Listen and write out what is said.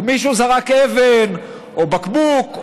או מישהו זרק אבן או בקבוק,